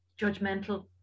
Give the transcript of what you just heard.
judgmental